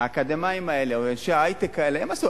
האקדמאים האלה, או אנשי ההיי-טק האלה, הם עשו.